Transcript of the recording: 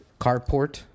carport